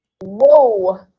Whoa